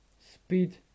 speed